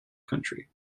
country